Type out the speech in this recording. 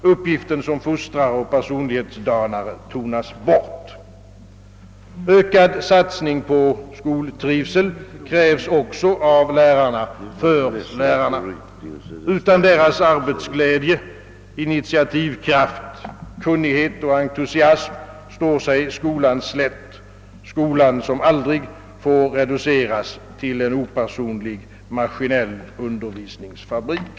Uppgiften som fostrare och personlighetsdanare tonas bort. Ökad satsning på skoltrivsel krävs också av lärarna — för lärarna. Utan deras arbetsglädje, initiativkraft, kunnighet och entusiasm står sig skolan slätt, skolan som aldrig får reduceras till en opersonlig, maskinell undervisningsfabrik.